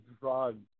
drugs